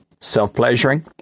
self-pleasuring